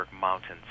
Mountains